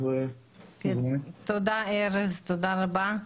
תודה רבה,